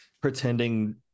pretending